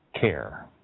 care